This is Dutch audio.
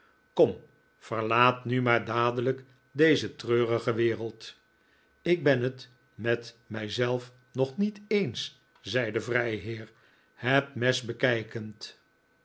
kom verlaat nu maar dadelijk deze treurige wereld ik ben het met mij zelf nog niet eens zei de vrijheer het mes bekijkend